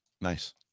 nice